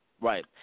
Right